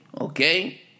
okay